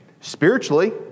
spiritually